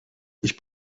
ich